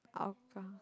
hougang